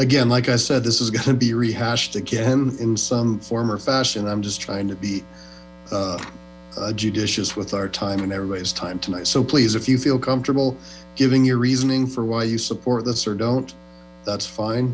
again like i said this is going to be rehashed again in some form or fashion i'm just trying to be judicious with our time and everybody's time tonight so please if you feel comfortable giving your reasoning for why you support this or don't that's fine